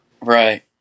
Right